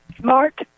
smart